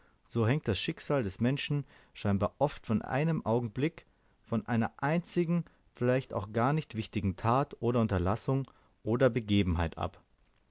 so hängt das schicksal des menschen scheinbar oft von einem augenblicke von einer einzigen vielleicht gar nicht wichtigen tat oder unterlassung oder begebenheit ab